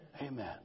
Amen